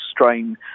strain